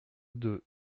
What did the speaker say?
deux